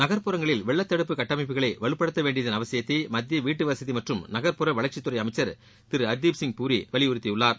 நகர்புறங்களில் வெள்ளத்தடுப்பு கட்டமைப்புகளை வலுப்படுத்தவேண்டியதன் அவசியத்தை மத்திய வீட்டு வசதி மற்றும் நகர்புற வளர்ச்சித்துறை அமைச்சர் திரு ஹர்திப்சிங் பூரி வலிபுறுத்தியுள்ளார்